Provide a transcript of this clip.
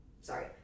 sorry